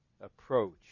approach